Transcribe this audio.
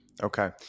okay